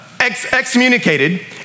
excommunicated